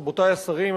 רבותי השרים,